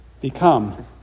become